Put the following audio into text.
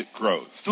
growth